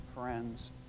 friends